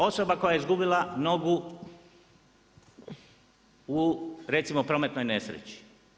Osoba koja je izgubila nogu u recimo prometnoj nesreći.